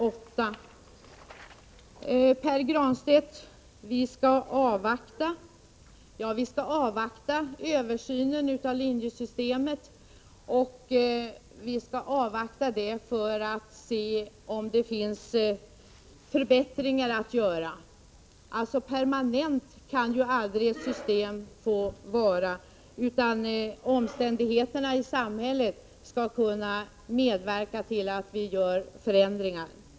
Till Pär Granstedt vill jag säga att vi skall avvakta översynen av linjesystemet för att se om det finns förbättringar att göra. Permanent kan ju aldrig ett system få vara, utan omständigheterna i samhället skall kunna medverka till att vi gör förändringar.